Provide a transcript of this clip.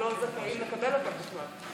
הם לא זכאים לקבל אותן בכלל.